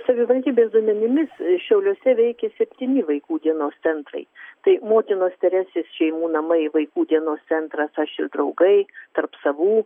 savivaldybės duomenimis šiauliuose veikia septyni vaikų dienos centrai tai motinos teresės šeimų namai vaikų dienos centras aš ir draugai tarp savų